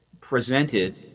presented